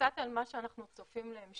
קצת על מה שאנחנו צופים להמשך.